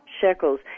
shekels